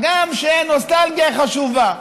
הגם שנוסטלגיה היא חשובה.